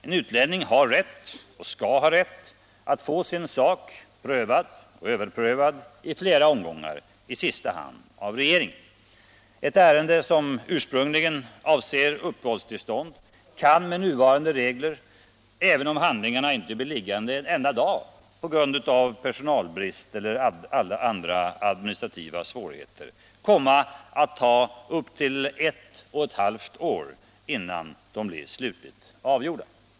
En utlänning har rätt, och skall ha rätt, att få sin sak prövad och överprövad i flera omgångar, i sista hand av regeringen. Ett ärende som ursprungligen avser uppehållstillstånd kan med nuvarande regler, även om handlingarna inte blir liggande en enda dag extra på grund av personalbrist eller andra administrativa svårigheter, komma att ta upp till ett och ett halvt år innan det blir slutligt avgjort.